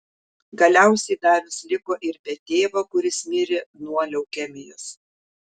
galiausiai darius liko ir be tėvo kuris mirė nuo leukemijos